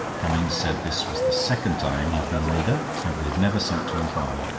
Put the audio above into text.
cummings said this was the second time he had been laid up, and we had never sent to inquire.